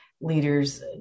leaders